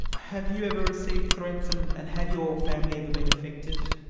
have you ever received threats, and and have your family ever been affected?